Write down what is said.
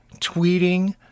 tweeting